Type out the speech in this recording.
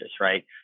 right